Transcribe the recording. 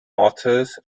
authors